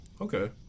Okay